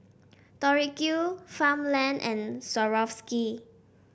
Tori Q Farmland and Swarovski